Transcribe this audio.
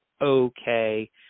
Okay